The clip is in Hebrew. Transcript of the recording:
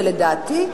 ולדעתי,